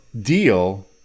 Deal